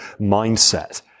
mindset